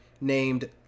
named